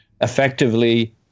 effectively